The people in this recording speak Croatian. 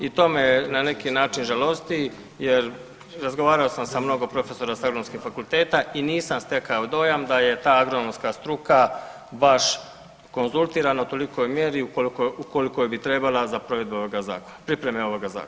I to me na neki način žalosti, jer razgovarao sam sa mnogo profesora sa Agronomskog fakulteta i nisam stekao dojam da je ta agronomska struka baš konzultirana u tolikoj mjeri u kolikoj bi trebala za provedbu ovog zakona, za pripreme ovog zakona.